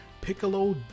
Piccolo